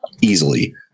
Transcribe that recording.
easily